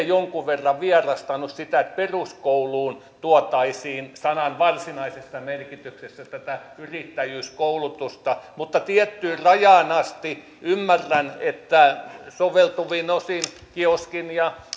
jonkun verran vierastanut sitä että peruskouluun tuotaisiin sanan varsinaisessa merkityksessä tätä yrittäjyyskoulutusta mutta tiettyyn rajaan asti ymmärrän että soveltuvin osin kioski